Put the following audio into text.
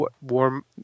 warm